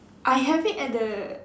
I have it at the